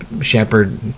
shepherd